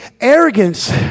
arrogance